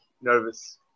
nervous